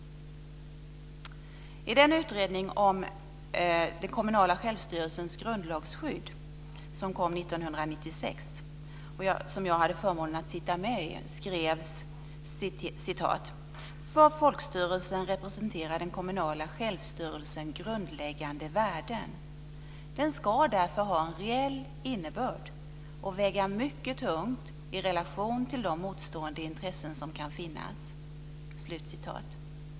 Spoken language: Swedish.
I den utredning om den kommunala självstyrelsens grundlagsskydd som kom 1996, och som jag hade förmånen att sitta med i, skrevs: "För folkstyrelsen representerar den kommunala självstyrelsen grundläggande värden. Den skall därför ha en reell innebörd och väga mycket tungt i relation till de motstående intressen som kan finnas."